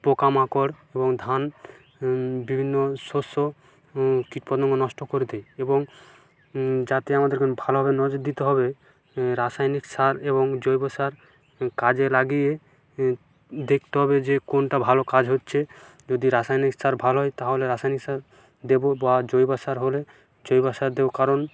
পোকা মাকড় এবং ধান বিভিন্ন শস্য কীট পতঙ্গ নষ্ট করে দেয় এবং যাতে আমাদের ভালোভাবে নজর দিতে হবে রাসায়নিক সার এবং জৈব সার কাজে লাগিয়ে দেখতে হবে যে কোনটা ভালো কাজ হচ্ছে যদি রাসায়নিক সার ভালো হয় তাহলে রাসায়নিক সার দেবো বা জৈব সার হলে জৈব সার দেবো কারণ